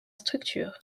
structure